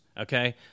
okay